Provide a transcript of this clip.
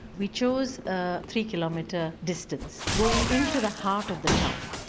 we chose a three kilometre distance going into the heart of the town.